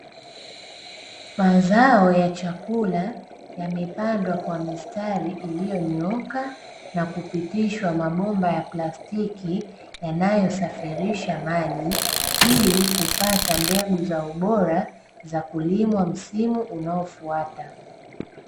Mazao ya chakula yamepandwa kwa mistari iliyonyooka, na kupitishwa mabomba ya plastiki yanayosafirisha maji, ili kupata mbegu za ubora za kulimwa msimu unaofuata.